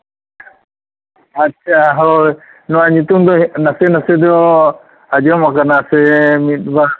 ᱟᱪᱪᱷᱟ ᱦᱳᱭ ᱱᱚᱣᱟ ᱧᱩᱛᱩᱢ ᱫᱚ ᱱᱟᱥᱮ ᱱᱟᱥᱮ ᱫᱚ ᱟᱸᱡᱚᱢᱟᱠᱟᱱᱟ ᱥᱮ ᱢᱤᱫ ᱵᱟᱨ